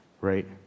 Right